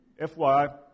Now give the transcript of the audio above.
FYI